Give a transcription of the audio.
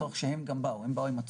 אבל מה שהם אומרים זה נכון?